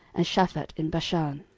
and shaphat in bashan.